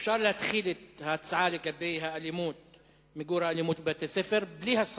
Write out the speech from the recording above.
אפשר להתחיל את ההצעה לגבי מיגור האלימות בבתי-הספר בלי השר.